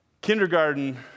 kindergarten